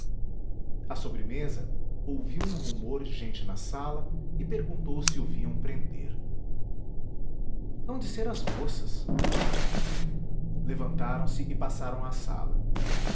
a sobremesa ouviu um rumor de gente na sala e perguntou se o vinham prender www nead unama br hão de ser as moças levantaram-se e passaram à sala